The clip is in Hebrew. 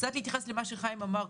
כן,